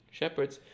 shepherds